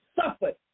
suffered